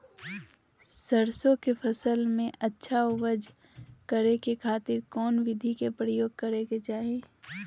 सरसों के फसल में अच्छा उपज करे खातिर कौन विधि के प्रयोग करे के चाही?